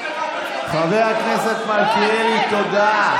חבר הכנסת מלכיאלי, תודה.